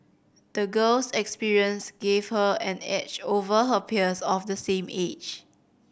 the girl's experience gave her an edge over her peers of the same age